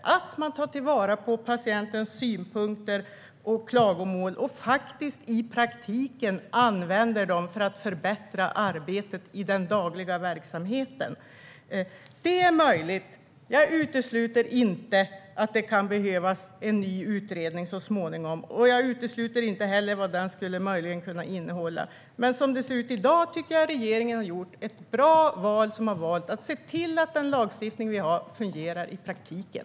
Man ska på ett bättre sätt ta till vara patienters synpunkter och klagomål och använda dessa i praktiken, för att förbättra arbetet i den dagliga verksamheten. Jag utesluter inte att det så småningom kan behövas en ny utredning. Men som det ser ut i dag tycker jag att regeringen har gjort ett bra val när man har valt att se till att den lagstiftning vi har ska fungera i praktiken.